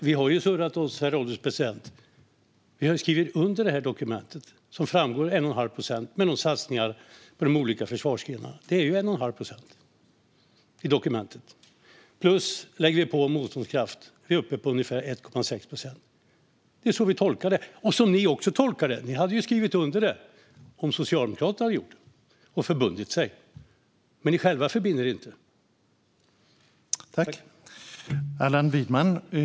Herr ålderspresident! Vi har ju surrat oss. Vi har ju skrivit under det här dokumentet, där en satsning på de olika försvarsgrenarna på 1,5 procent av bnp framgår. I dokumentet är det 1,5 procent. Lägger vi på motståndskraft är vi uppe på ungefär 1,6 procent. Det är så vi tolkar det och så som även ni tolkar det. Ni hade ju skrivit under om Socialdemokraterna hade gjort det och förbundit sig. Men ni förbinder er inte själva till det.